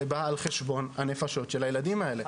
זה בא על חשבון הנפשות של הילדים האלה.